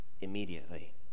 immediately